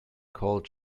called